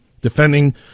defending